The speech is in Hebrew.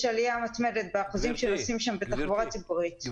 יש עלייה מתמדת באחוזים שנוסעים שם בתחבורה הציבורית.